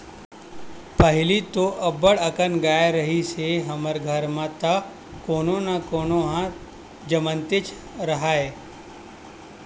पहिली तो अब्बड़ अकन गाय रिहिस हे हमर घर म त कोनो न कोनो ह जमनतेच राहय